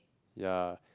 ya